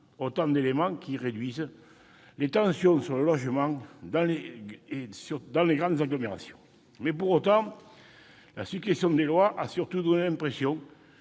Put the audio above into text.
Autant de tendances qui réduisent les tensions sur le logement dans les grandes agglomérations. Pour autant, la succession des lois a surtout donné l'impression